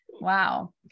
Wow